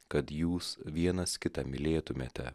kad jūs vienas kitą mylėtumėte